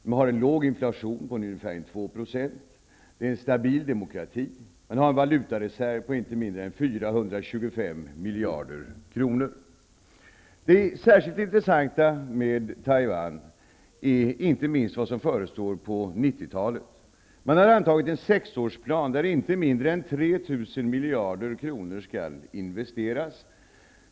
Man har en låg inflation, på ungefär 2 %. Det är en stabil demokrati. Man har en valutareserv på inte mindre än 425 miljarder kronor. Det särskilt intressanta med Taiwan är inte minst vad som förestår på 90-talet. Man har antagit en sexårsplan, där inte mindre än 3 000 miljarder kronor skall investeras.